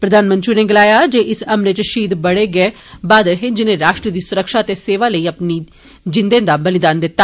प्रधानमंत्री होरें गलाया जे इस हमले इच शहीद बड़े गै बहादुर हे जिनें राष्ट्र दी सुरक्षा ते सेवा लेई अपनी जिन्दें दा बलिदान दिता